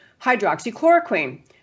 hydroxychloroquine